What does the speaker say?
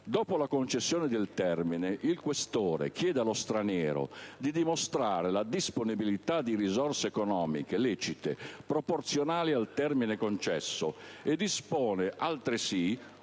Dopo la concessione del termine, il questore chiede allo straniero di dimostrare la disponibilità di risorse economiche lecite e proporzionali al termine concesso e dispone altresì